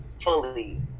fully